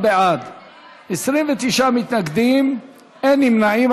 39 בעד, 29 מתנגדים, אין נמנעים.